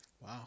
Wow